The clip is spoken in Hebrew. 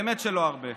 באמת שלא הרבה.